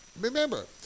remember